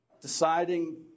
deciding